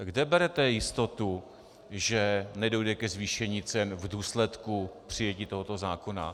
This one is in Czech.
Kde berete jistotu, že nedojde ke zvýšení cen v důsledku přijetí tohoto zákona?